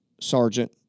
sergeant